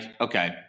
okay